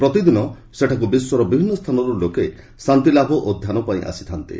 ପ୍ରତିଦିନ ଏଠାକୁ ବିଶ୍ୱର ବିଭିନ୍ନ ସ୍ଥାନରୁ ଲୋକ ଶାନ୍ତି ଲାଭ ଓ ଧ୍ୟାନ ପାଇଁ ଆସିଥାନ୍ତି